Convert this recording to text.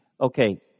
Okay